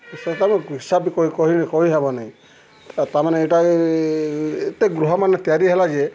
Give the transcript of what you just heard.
ସେ ତାକୁ ହିସାବ ବି କହିହବନି ତା'ମାନେ ଇଟା ଏତେ ଗ୍ରହମାନେ ତିଆରି ହେଲା ଯେ